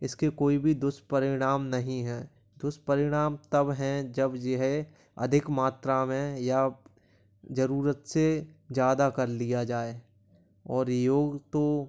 इसके कोई भी दुष्परिणाम नहीं हैं दुष्परिणाम तब हैं जब यह अधिक मात्रा में या जरूरत से ज़्यादा कर लिया जाए और योग तो